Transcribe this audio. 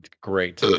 Great